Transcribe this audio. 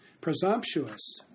presumptuous